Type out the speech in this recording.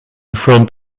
front